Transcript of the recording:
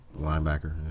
linebacker